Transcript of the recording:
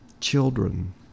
children